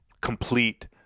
complete